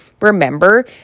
Remember